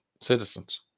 citizens